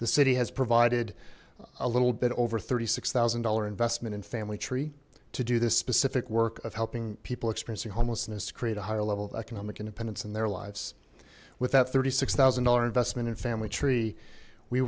the city has provided a little bit over thirty six thousand dollar investment in family tree to do this specific work of helping people expressing homelessness create a higher level of economic independence in their lives with that thirty six thousand dollar investment in family tree we